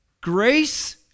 grace